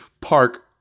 park